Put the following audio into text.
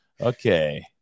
okay